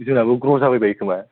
जोंनाबो ग्र' जाबायबायो खोमा